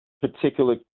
particular